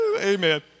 Amen